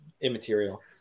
immaterial